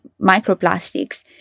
microplastics